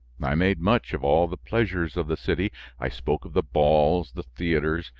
i made much of all the pleasures of the city i spoke of the balls, the theaters,